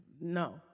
no